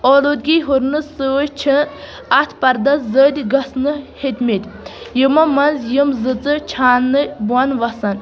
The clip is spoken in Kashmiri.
اولوٗدگی ہُرنہٕ سۭتۍ چھِ اَتھ پردس زٔدۍ گژھنہٕ ہیٚتۍمٕتۍ یِمو منٛز یِم زٕژٕ چھانٛنہٕ بۄن وَسان